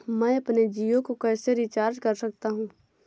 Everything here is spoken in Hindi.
मैं अपने जियो को कैसे रिचार्ज कर सकता हूँ?